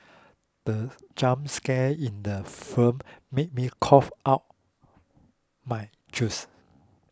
the jump scare in the film made me cough out my juice